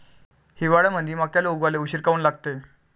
हिवाळ्यामंदी मक्याले उगवाले उशीर काऊन लागते?